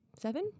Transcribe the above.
seven